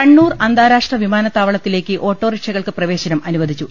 കണ്ണൂർ അന്താരാഷ്ട്രവിമാനത്താവളത്തിലേക്ക് ഓട്ടോറിക്ഷകൾ ക്ക് പ്രവേശനം അനുവദിച്ചു